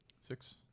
Six